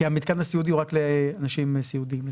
כי המתקן הסיעודי הוא רק לאנשים סיעודיים לצערנו.